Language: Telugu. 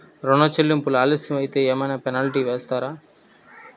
ఋణ చెల్లింపులు ఆలస్యం అయితే ఏమైన పెనాల్టీ వేస్తారా?